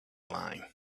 line